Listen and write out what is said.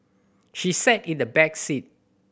she sat in the back seat